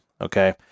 Okay